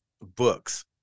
books